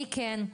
מי כן,